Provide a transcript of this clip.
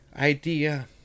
idea